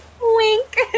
wink